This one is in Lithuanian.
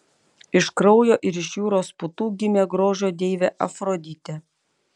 iš kraujo ir iš jūros putų gimė grožio deivė afroditė